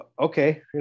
Okay